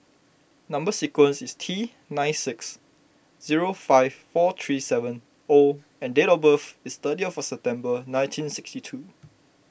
Number Sequence is T nine six zero five four three seven O and date of birth is thirty of September nineteen sixty two